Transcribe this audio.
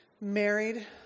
married